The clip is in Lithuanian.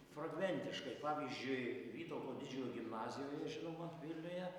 fragmentiškai pavyzdžiui vytauto didžiojo gimnazijoje žinoma vilniuje